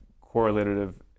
correlative